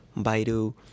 Baidu